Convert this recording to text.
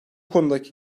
konudaki